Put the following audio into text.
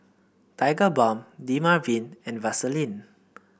where is Vaselink